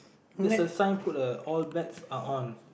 three's a sign put a all bets are on